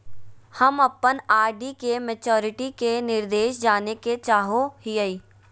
हम अप्पन आर.डी के मैचुरीटी के निर्देश जाने के चाहो हिअइ